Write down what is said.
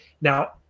Now